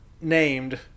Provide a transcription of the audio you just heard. named